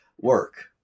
work